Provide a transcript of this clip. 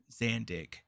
Zandig